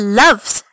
loves